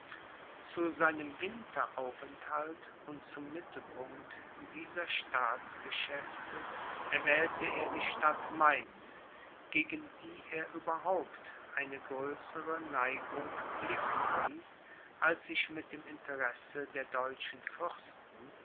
zu seinem winteraufenthalt und zum mittelpunkt dieser staatsgeschäfte erwählte er die stadt mainz gegen die er überhaupt eine größere neigung blicken ließ als sich mit dem interesse der deutschen fürsten